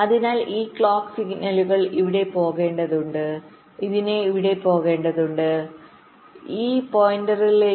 അതിനാൽ ഈ ക്ലോക്ക് സിഗ്നലുകൾ ഇവിടെ പോകേണ്ടതുണ്ട് ഇതിന് ഇവിടെ പോകേണ്ടതുണ്ട് ഇവിടെ പോകേണ്ടതുണ്ട് ഈ പോയിന്റുകളിലേക്ക്